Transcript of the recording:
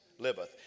Liveth